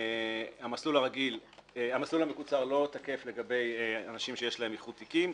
המסלול המקוצר לא תקף לגבי אנשים שיש להם איחוד תיקים,